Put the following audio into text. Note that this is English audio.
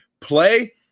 play